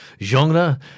genre